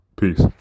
Peace